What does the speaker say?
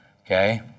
Okay